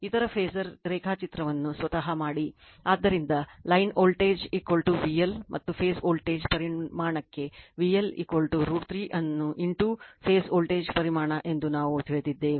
ಆದ್ದರಿಂದ line voltage VL ಮತ್ತು phase voltage ಪರಿಮಾಣಕ್ಕೆ VL √ 3 ಅನ್ನು ಇಂಟು ಫೇಸ್ ವೋಲ್ಟೇಜ್ ಪರಿಮಾಣ ಎಂದು ನಾವು ತಿಳಿದಿದ್ದೇವೆ